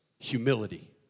humility